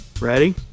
Ready